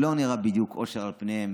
לא נראה בדיוק אושר על פניהם